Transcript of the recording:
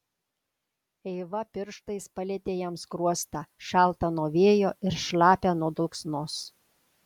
eiva pirštais palietė jam skruostą šaltą nuo vėjo ir šlapią nuo dulksnos